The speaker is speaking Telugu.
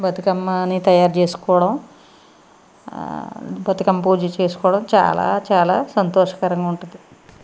బతుకమ్మని తయారుచేసుకోవడం బతుమ్మ పూజ చేసుకోవడం చాలా చాలా సంతోషకరంగా ఉంటుంది